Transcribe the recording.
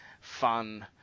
fun